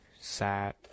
sad